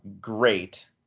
Great